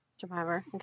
Survivor